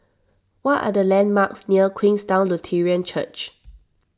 what are the landmarks near Queenstown Lutheran Church